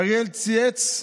אריאל צייץ,